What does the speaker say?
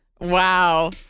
Wow